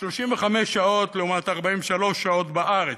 35 שעות לעומת 43 שעות בארץ.